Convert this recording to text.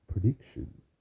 prediction